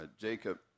Jacob